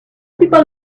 people